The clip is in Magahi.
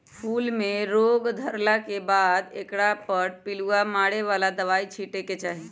फूल में रोग धरला के बाद एकरा पर पिलुआ मारे बला दवाइ छिटे के चाही